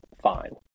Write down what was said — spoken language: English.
fine